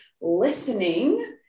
listening